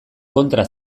kontra